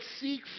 seek